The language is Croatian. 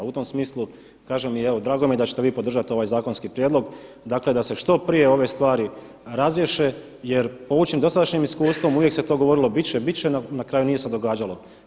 U tom smislu, kažem evo i drago mi je da ćete vi podržati ovaj zakonski prijedlog dakle da se što prije ove stvari razriješe jer poučen dosadašnjim iskustvom uvijek se to govorilo biti će, biti će, na kraju nije se događalo.